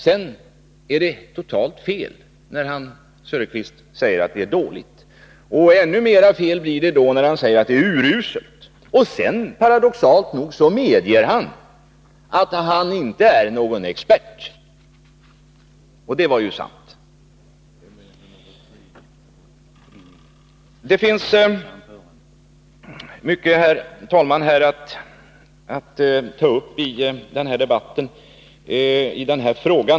Sedan är det totalt fel när han säger att det är dåligt. Ännu mera fel blir det när han säger att det är uruselt. Paradoxalt nog medger han därefter att han själv inte är någon expert. Och det var ju sant. Det finns mycket, herr talman, att ta upp i denna debatt.